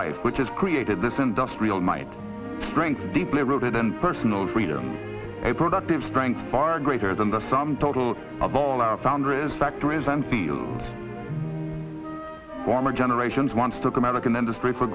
life which is created this industrial might strength deeply rooted in personal freedom a productive strength far greater than the sum total of all our founders factories and fields former generations once took american industry for